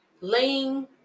laying